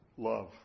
Love